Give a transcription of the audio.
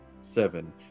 seven